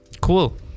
cool